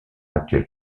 actuel